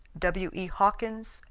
w. e. hawkins,